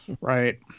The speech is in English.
Right